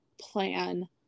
plan